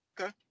Okay